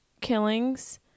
killings